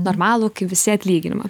normalų kaip visi atlyginimą